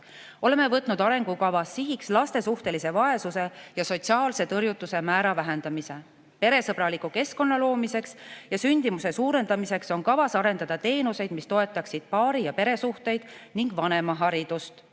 Oleme võtnud arengukavas sihiks laste suhtelise vaesuse ja sotsiaalse tõrjutuse määra vähendamise. Peresõbraliku keskkonna loomiseks ja sündimuse suurendamiseks on kavas arendada teenuseid, mis toetaksid paari‑ ja peresuhteid ning vanemaharidust.